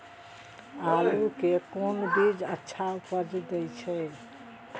आलू के कोन बीज अच्छा उपज दे छे?